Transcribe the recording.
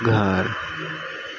گھر